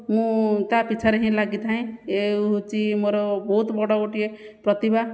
ମୁଁ ତା ପିଛାରେ ହିଁ ଲାଗିଥାଏଁ ଏ ହେଉଛି ମୋର ବହୁତ ବଡ଼ ଗୋଟିଏ ପ୍ରତିଭା